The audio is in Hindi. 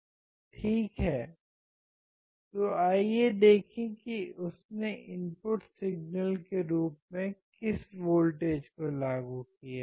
ठीक है तो आइए देखें कि उसने इनपुट सिग्नल के रूप में किस वोल्टेज को लागू किया है